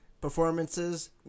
performances